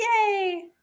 yay